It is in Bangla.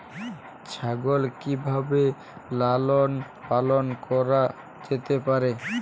ছাগল কি ভাবে লালন পালন করা যেতে পারে?